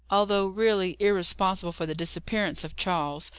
although really irresponsible for the disappearance of charles,